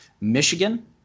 Michigan